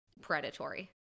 predatory